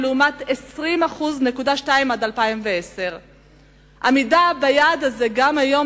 לעומת 20.2% עד 2010. עמידה ביעד הזה גם היום,